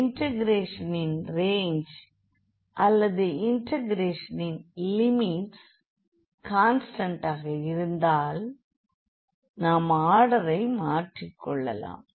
எனவே இன்டெகிரேஷனின் ரேஞ்ச் அல்லது இன்டெகிரேஷனின் லிமிட்ஸ் கான்ஸ்டண்டாக இருந்தால் நாம் ஆர்டரை மாற்றிக்கொள்ளலாம்